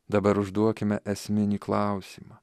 dabar užduokime esminį klausimą